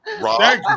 Rob